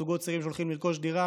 זוגות צעירים שהולכים לרכוש דירה